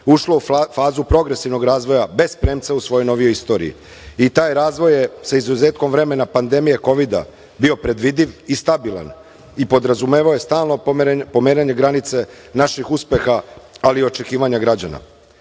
ušla u fazu progresivnog razvoja bez premca u svojoj novijoj istoriji i taj razvoj je sa izuzetkom vremena pandemije kovida bio predvidiv i stabilan i podrazumevao je stalno pomeranje granice naših uspeha, ali i očekivanja građana.